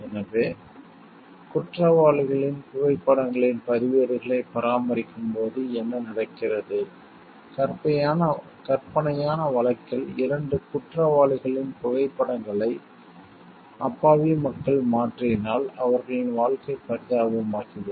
எனவே குற்றவாளிகளின் புகைப்படங்களின் பதிவேடுகளைப் பராமரிக்கும் போது என்ன நடக்கிறது கற்பனையான வழக்கில் 2 குற்றவாளிகளின் புகைப்படங்களை அப்பாவி மக்கள் மாற்றினால் அவர்களின் வாழ்க்கை பரிதாபமாகிவிடும்